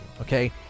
okay